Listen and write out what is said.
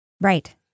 Right